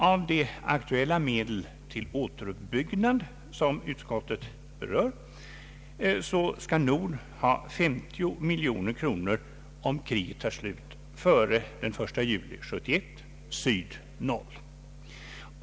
Av de aktuella medlen för återuppbyggnad som utskottet berör skall Nord ha 50 miljoner kronor, om kriget tar slut före den 1 juli 1971, och Syd noll.